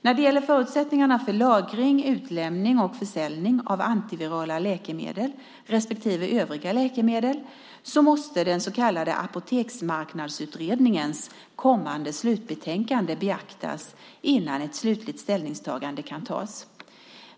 När det gäller förutsättningarna för lagring, utlämning och försäljning av antivirala läkemedel respektive övriga läkemedel måste den så kallade Apoteksmarknadsutredningens kommande slutbetänkande beaktas innan ett slutligt ställningstagande kan göras.